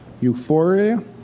Euphoria